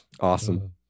Awesome